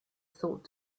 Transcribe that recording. thought